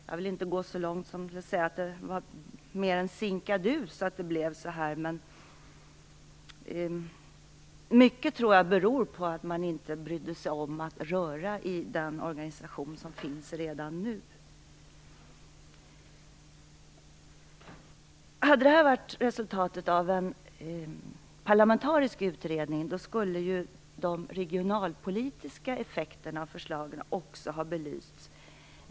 Jag vill inte gå så långt som att säga att det mer var en sinkadus att det blev så här, men jag tror att det till stor del beror på att man inte brydde sig om att röra i den organisation som finns redan nu. Hade detta förslag varit resultatet av en parlamentarisk utredning skulle de regionalpolitiska effekterna av förslaget också ha belysts.